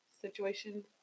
situation